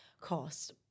cost